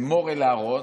אמר אל אהרן?